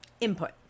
input